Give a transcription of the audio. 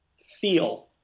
feel